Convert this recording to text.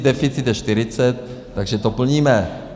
Deficit je 40, takže to plníme.